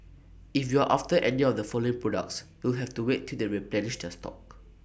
if you're after any of the following products you'll have to wait till they replenish their stock